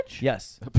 Yes